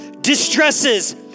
distresses